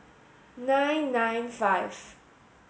nine nine five